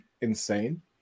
insane